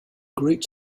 great